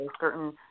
certain